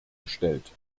gestellt